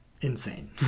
Insane